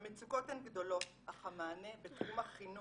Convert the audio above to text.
המצוקות הן גדלות אך המענה בתחום החינוך,